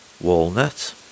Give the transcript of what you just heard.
walnut